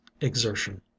exertion